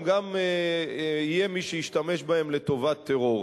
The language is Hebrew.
גם יהיה מי שישתמש בהם לטובת טרור.